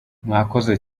mwakoze